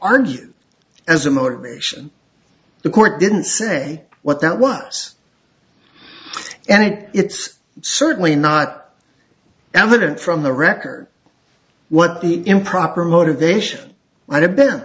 argued as a motivation the court didn't say what that was and it it's certainly not evident from the record what the improper motivation might